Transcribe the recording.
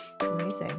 amazing